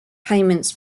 payments